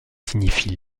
signifie